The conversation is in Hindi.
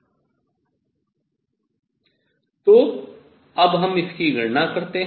तो अब हम इसकी गणना करते हैं